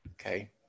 okay